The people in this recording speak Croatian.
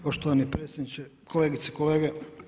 Poštovani predsjedniče, kolegice i kolege.